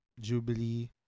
Jubilee